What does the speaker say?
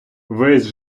весь